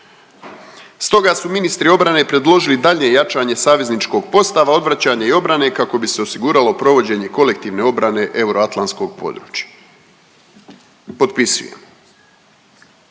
Stoga su ministri obrane predložili daljnje jačanje savezničkog postava, odvraćanja i obrane kako bi se osiguralo provođenje kolektivne obrane Euroatlantskog područja. Potpisujem.